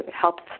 help